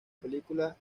película